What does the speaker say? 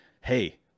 hey